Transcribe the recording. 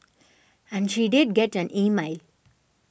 and she did get an email